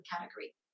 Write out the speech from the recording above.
category